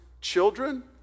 children